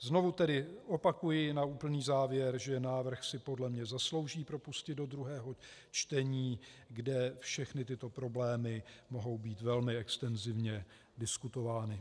Znovu tedy opakuji na úplný závěr, že návrh si podle mne zaslouží propustit do druhého čtení, kde všechny tyto problémy mohou být velmi extenzivně diskutovány.